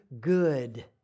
good